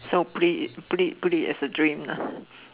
so put it put it put it as a dream lah